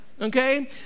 Okay